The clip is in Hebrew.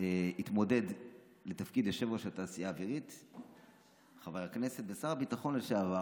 התמודד לתפקיד יושב-ראש התעשייה האווירית חבר הכנסת ושר הביטחון לשעבר